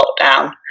lockdown